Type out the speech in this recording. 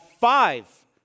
five